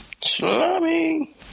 Salami